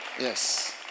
Yes